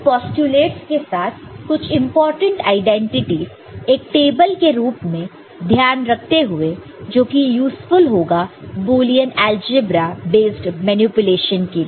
इन postulates के साथ कुछ इंपॉर्टेंट आईडेंटिटीज एक टेबल के रूप में ध्यान रखते हुए जो कि यूज़फुल होगा बुलियन अलजेब्रा बेस्ड मैनिपुलेशन के लिए